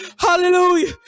Hallelujah